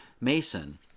mason